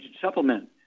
supplement